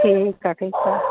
ठीकु आहे ठीकु आहे